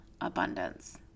abundance